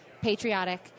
patriotic